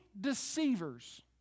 deceivers